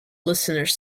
listeners